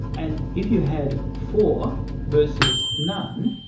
and if you had four versus none,